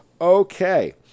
Okay